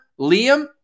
Liam